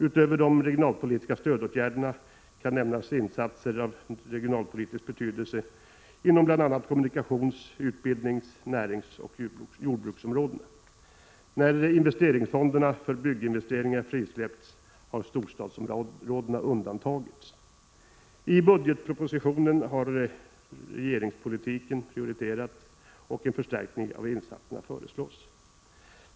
Utöver de regionalpolitiska stödåtgärderna kan nämnas insatser av regionalpolitisk betydelse inom bl.a. kommunikations-, utbildnings-, näringsoch jordbruksområdena. När investeringsfonderna för bygginvesteringar frisläppts har storstadsområdena undantagits. I budgetpropositionen har regionalpolitiken prioriterats och en förstärkning av insatserna föreslås.